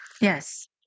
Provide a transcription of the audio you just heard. Yes